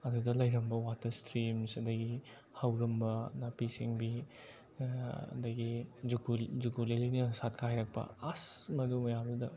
ꯑꯗꯨꯗ ꯂꯩꯔꯝꯕ water streams ꯑꯗꯒꯤ ꯍꯧꯔꯝꯕ ꯅꯥꯄꯤ ꯁꯤꯡꯕꯤ ꯑꯗꯒꯤ ꯖꯨꯀꯣ ꯖꯨꯀꯣ ꯂꯤꯂꯤꯅ ꯁꯥꯠꯀꯥꯏꯔꯛꯄ ꯑꯁ ꯃꯗꯨ ꯃꯌꯥꯝꯗꯨꯗ